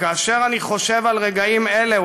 וכאשר אני חושב על רגעים אלה,